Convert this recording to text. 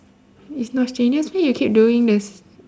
it's no strangest way you keep doing this